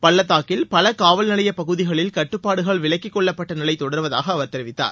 பள்ளத்தாக்கில் பல காவல்நிலையப் பகுதிகளில் கட்டுப்பாடுகள் விலக்கிக்கொள்ளப்பட்ட நிலை தொடர்வதாக அவர் தெரிவித்தார்